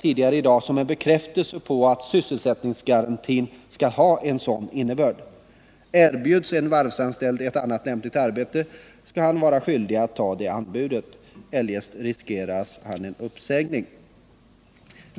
tidigare här i dag som en bekräftelse på att sysselsättningsgarantin skall ha en sådan innebörd. Erbjuds en varvsanställd ett annat lämpligt arbete, skall han vara skyldig att ta det arbetet. Eljest riskerar han en uppsägning.